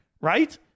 right